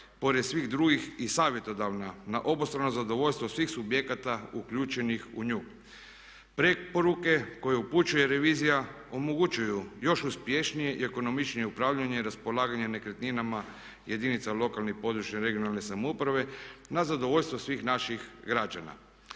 pored svih drugih i savjetodavna na obostrano zadovoljstvo svih subjekata uključenih u nju. Preporuke koje upućuje revizija omogućuju još uspješnije i ekonomičnije upravljanje i raspolaganje nekretninama jedinica lokalne i područne (regionalne) samouprave na zadovoljstvo svih naših građana.